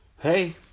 Hey